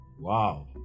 wow